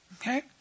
Okay